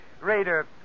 Raider